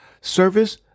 service